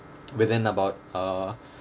within about uh